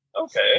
Okay